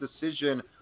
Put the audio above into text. decision